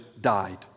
died